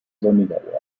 sonniger